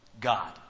God